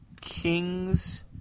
Kings